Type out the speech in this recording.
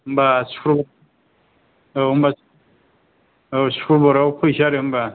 होमबा औ होनबा औ सुक्रबाराव फैनोसै आरो होनबा